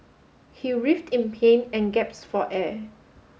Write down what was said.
he writhed in pain and gasped for air